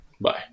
Bye